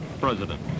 president